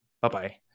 Bye-bye